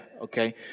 okay